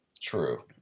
True